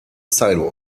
sidewalk